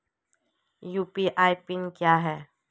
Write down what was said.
UPI PIN क्या है?